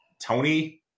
Tony